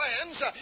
plans